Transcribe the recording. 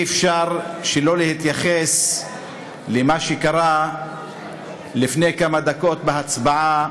אי-אפשר שלא להתייחס למה שקרה לפני כמה דקות בהצבעה